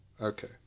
Okay